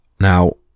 now